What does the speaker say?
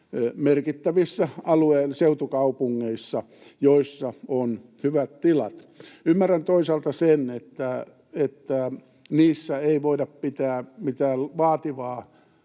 merkittävissä alueen seutukaupungeissa, joissa on hyvät tilat. Ymmärrän toisaalta sen, että niissä ei voida pitää mitään vaativaa